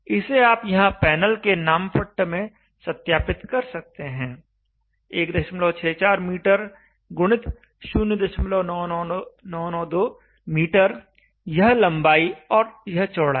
इसे आप यहां पैनल के नामपट्ट में सत्यापित कर सकते हैं 164mx0992m यह लंबाई और यह चौड़ाई